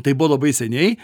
tai buvo labai seniai